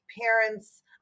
parents